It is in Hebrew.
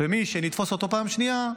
ומי שנתפוס אותו פעם שנייה,